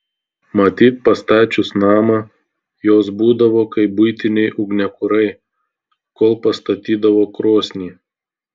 matyt pastačius namą jos būdavo kaip buitiniai ugniakurai kol pastatydavo krosnį